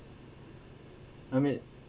I mean